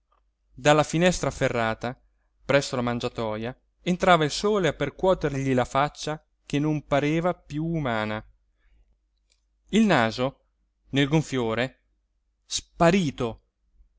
dalla finestra ferrata presso la mangiatoja entrava il sole a percuotergli la faccia che non pareva piú umana il naso nel gonfiore sparito